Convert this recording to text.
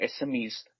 SMEs